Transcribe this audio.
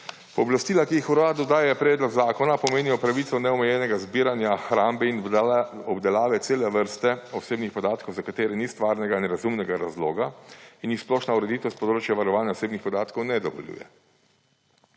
Pooblastila, ki jih Uradu daje predlog zakona, pomenijo pravico neomejenega zbiranja, hrambe in obdelave cele vrste osebnih podatkov, za katere ni stvarnega in razumnega razloga in jih splošna ureditev s področja varovanja osebnih podatkov ne dovoljuje.